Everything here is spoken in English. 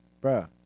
Bro